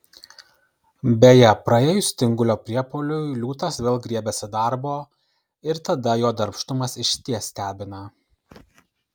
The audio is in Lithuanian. beje praėjus tingulio priepuoliui liūtas vėl griebiasi darbo ir tada jo darbštumas išties stebina